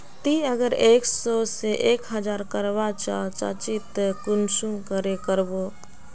ती अगर एक सो से एक हजार करवा चाँ चची ते कुंसम करे करबो?